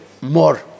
more